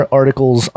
articles